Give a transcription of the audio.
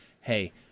hey